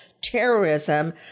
terrorism